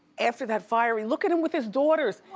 after that fiery, look at him with his daughters.